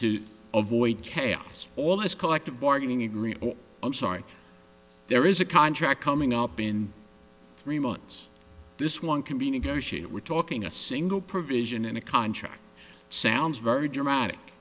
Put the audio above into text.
avoid chaos all this collective bargaining agreement i'm sorry there is a contract coming up in three months this one can be negotiated we're talking a single provision in a contract sounds very dramatic